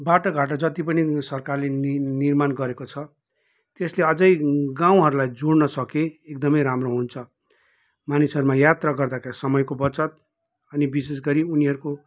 बाटोघाटो जति पनि केन्द्र सरकारले नि निर्माण गरेको छ त्यसले अझै गाउँहरूलाई जोड्न सके एकदमै राम्रो हुन्छ मानिसहरूमा यात्रा गर्दाखेरि समयको बचत अनि विशेष गरी उनीहरूको